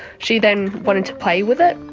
she then wanted to play with it,